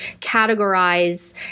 categorize